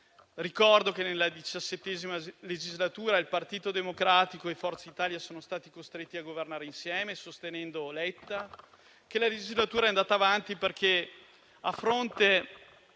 Ricordo che nella XVII legislatura il Partito Democratico e Forza Italia sono stati costretti a governare insieme, sostenendo Enrico Letta, che la legislatura poi è andata avanti, perché a fronte